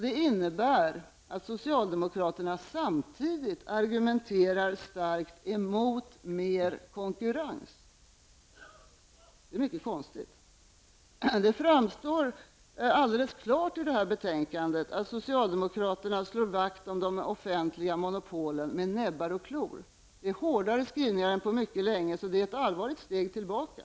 Det innebär att socialdemokraterna samtidigt argumenterar starkt emot mer konkurrens. Det är mycket konstigt. Det framstår alldeles klart i det här betänkandet att socialdemokraterna slår vakt om de offentliga monopolen med näbbar och klor. Det är hårdare skrivningar än på mycket länge, så det är ett allvarligt steg tillbaka.